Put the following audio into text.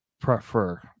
prefer